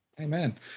Amen